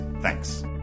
Thanks